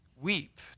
weep